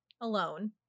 alone